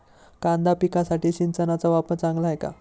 कांदा पिकासाठी सिंचनाचा वापर चांगला आहे का?